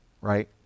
Right